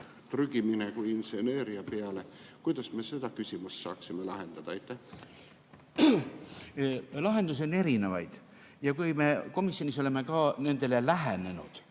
trügimine kui inseneeria peale. Kuidas me selle küsimuse saaksime lahendada? Lahendusi on erinevaid. Kui me komisjonis oleme lähenenud